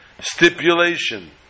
stipulation